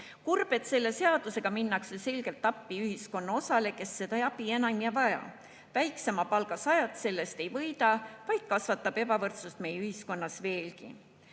Kurb, et selle seadusega minnakse selgelt appi sellele ühiskonnaosale, kes seda abi ei vaja, väiksema palga saajad sellest ei võida. See kasvatab ebavõrdsust meie ühiskonnas veelgi.